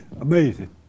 Amazing